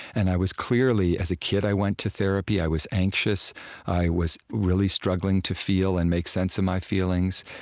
and i was, clearly as a kid i went to therapy. i was anxious i was really struggling to feel and make sense of my feelings,